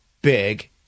big